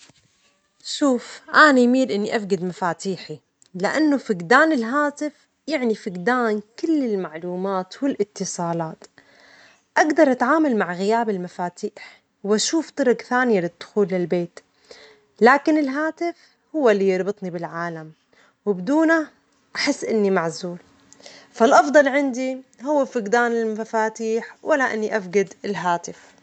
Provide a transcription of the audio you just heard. شوف، إني أميل إني أفجد مفاتيحي، لأنه فجدان الهاتف يعني فجدان كل المعلومات والاتصالات، أجدر أتعامل مع غياب المفاتيح وأشوف طرج ثانية للدخول للبيت، لكن الهاتف هو اللي يربطني بالعالم وبدونه أحس إني معزول، فالافضل عندي هو فجدان المفاتيح ولا إني أفجد الهاتف.